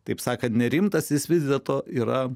taip sakant nerimtas jis vis dėlto yra